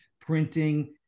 printing